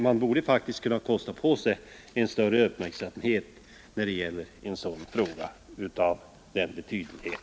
Man borde faktiskt kunna kosta på sig en större uppmärksamhet i en fråga av denna betydenhet.